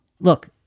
Look